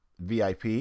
VIP